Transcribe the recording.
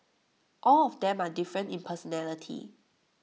all of them are different in personality